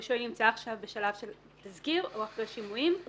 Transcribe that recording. הרישוי נמצא עכשיו בשלב של תזכיר או אחרי שימועים.